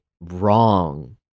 wrong